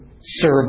serve